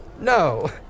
no